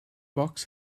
box